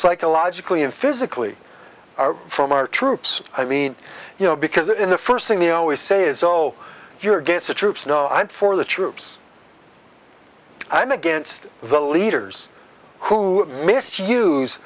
psychologically and physically are from our troops i mean you know because in the first thing they always say is oh you're get the troops no i'm for the troops i'm against the leaders who misuse